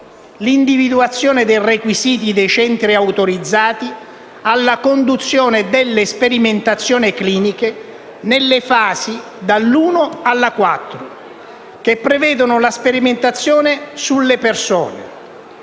l'individuazione dei requisiti dei centri autorizzati alla conduzione delle sperimentazioni cliniche nelle fasi dalla I alla IV, che prevedono la sperimentazione sulle persone;